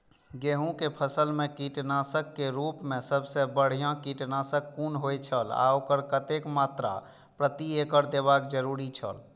गेहूं के फसल मेय कीटनाशक के रुप मेय सबसे बढ़िया कीटनाशक कुन होए छल आ ओकर कतेक मात्रा प्रति एकड़ देबाक जरुरी छल?